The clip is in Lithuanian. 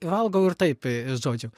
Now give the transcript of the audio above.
valgau ir taip žodžiu